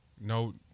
No